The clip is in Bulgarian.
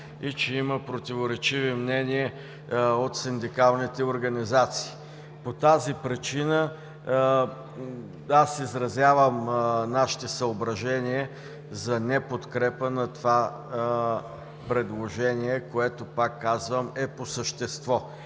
и че има противоречиви мнения от синдикалните организации. По тази причина аз изразявам нашите съображения за неподкрепа на това предложение, което, пак казвам, е по същество